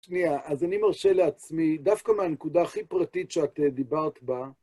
שנייה, אז אני מרשה לעצמי, דווקא מהנקודה הכי פרטית שאת דיברת בה,